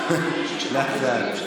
אגב,